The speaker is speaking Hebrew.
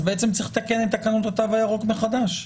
אז צריך לתקן את תקנות התו הירוק מחדש,